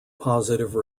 positive